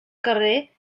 carrer